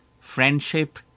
friendship